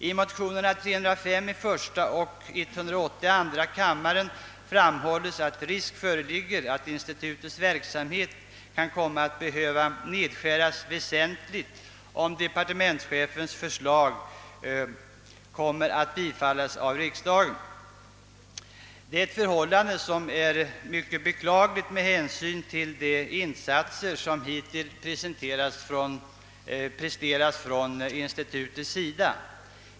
I motionerna I: 305 och II: 180 framhålles att risk föreligger att institutets verksamhet kan komma att behöva nedskäras väsentligt, om departementschefens förslag kommer att bifallas av riksdagen, ett förhållande som vore mycket beklagligt med hänsyn till de insatser som hittills presterats från institutets sida.